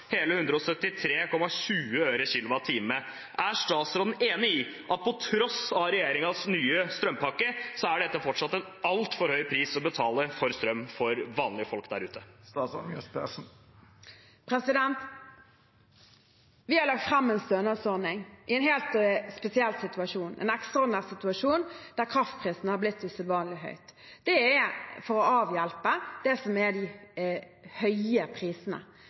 hele 173,20 øre/kWh. Er statsråden enig i at på tross av regjeringens nye strømpakke er dette fortsatt en altfor høy pris å betale for strøm for vanlige folk der ute? Vi har lagt fram en stønadsordning i en helt spesiell situasjon, en ekstraordinær situasjon der kraftprisen har blitt usedvanlig høy. Det er for å avhjelpe de høye prisene – toppene over 70 øre. Det betyr at det fortsatt vil være relativt høye